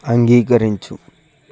అంగీకరించు